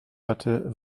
hatte